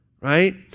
Right